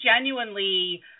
genuinely